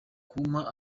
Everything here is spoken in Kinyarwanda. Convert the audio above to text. kumpa